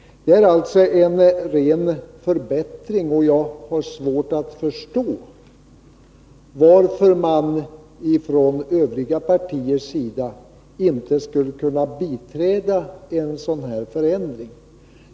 Det är alltså en ren förbättring som vi föreslår, och jag har svårt att förstå varför övriga partier inte kan biträda en sådan här förändring.